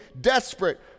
desperate